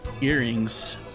earrings